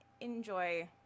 enjoy